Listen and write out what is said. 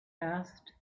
asked